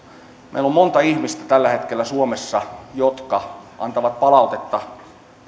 meillä on tällä hetkellä suomessa monta ihmistä jotka antavat palautetta